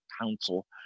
council